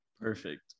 Perfect